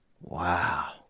Wow